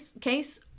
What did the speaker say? case